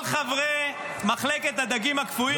כל חברי מחלקת הדגים הקפואים,